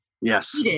Yes